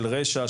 של רשע,